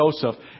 Joseph